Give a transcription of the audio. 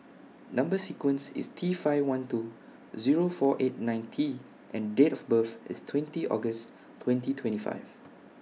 Number sequence IS T five one two Zero four eight nine T and Date of birth IS twenty August twenty twenty five